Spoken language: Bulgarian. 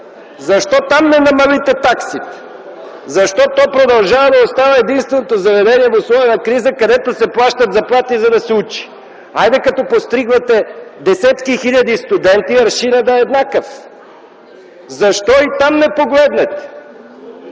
Защо там не намалите таксите?! Защо продължава да остава единственото заведение в условия на криза, където се плащат заплати, за да се учи?! Хайде, като „подстригвате” десетки хиляди студенти, аршинът да е еднакъв. Защо и там не погледнете?!